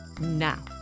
Now